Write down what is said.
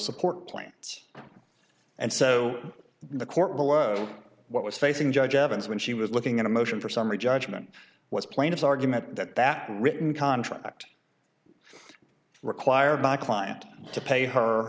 support plants and so the court below what was facing judge evans when she was looking at a motion for summary judgment was plaintiff's argument that that written contract required my client to pay her